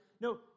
No